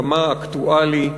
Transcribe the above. כמה אקטואלי,